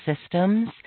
systems